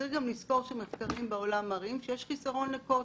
צריך גם לזכור שמחקרים בעולם מראים שיש חיסרון לקוטן.